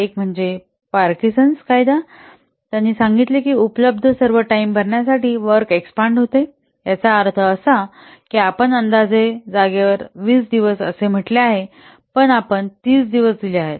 एक म्हणजे पार्किन्सन कायदा त्यांनी सांगितले की उपलब्ध सर्व टाइम भरण्यासाठी वर्क एक्सपांड होते याचा अर्थ असा की जर आपण अंदाजे जागेवर अंदाजे 20 दिवस असे म्हटले आहे पण आपण 30 दिवस दिले आहेत